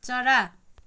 चरा